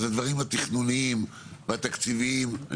על הדברים התכנוניים והתקציביים.